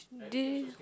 this